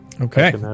Okay